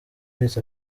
miss